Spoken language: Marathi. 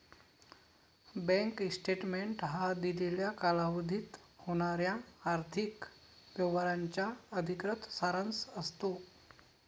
बँक स्टेटमेंट हा दिलेल्या कालावधीत होणाऱ्या आर्थिक व्यवहारांचा अधिकृत सारांश असतो